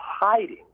hiding